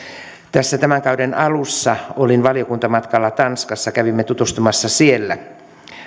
tämän kauden alussa olin valiokuntamatkalla tanskassa kävimme tutustumassa siellä